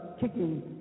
kicking